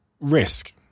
Risk